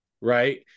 Right